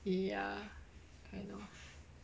ya kind of